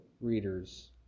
readers